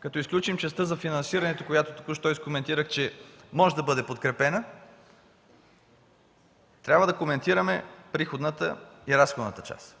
като изключим частта за финансирането, която току-що изкоментирах, че може да бъде подкрепена, трябва да коментираме приходната и разходната част.